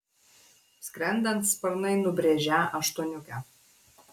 skrendant sparnai nubrėžią aštuoniukę